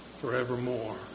forevermore